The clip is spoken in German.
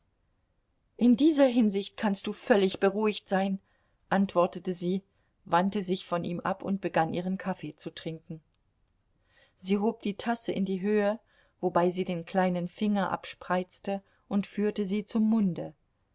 in dieser hinsicht kannst du völlig beruhigt sein antwortete sie wandte sich von ihm ab und begann ihren kaffee zu trinken sie hob die tasse in die höhe wobei sie den kleinen finger abspreizte und führte sie zum munde